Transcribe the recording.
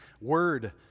word